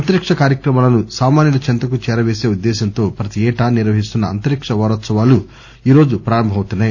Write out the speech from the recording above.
అంతరిక్ష కార్యక్రమాలను సామాన్యుల చెంతకు చేరవేస ఉద్దేశ్వంతో ప్రతి ఏటా నిర్వహిస్తున్న అంతరిక్ష వారోత్సవాలు ఈ రోజు ప్రారంభమవుతున్నాయి